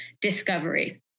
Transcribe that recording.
discovery